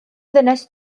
ddynes